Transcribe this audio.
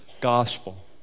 gospel